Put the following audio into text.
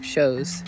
shows